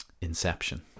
inception